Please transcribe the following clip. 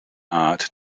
art